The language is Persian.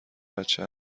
بچه